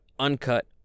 Uncut